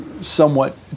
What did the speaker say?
somewhat